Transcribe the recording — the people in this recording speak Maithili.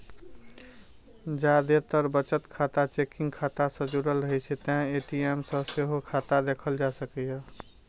जादेतर बचत खाता चेकिंग खाता सं जुड़ रहै छै, तें ए.टी.एम सं सेहो खाता देखल जा सकैए